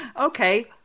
Okay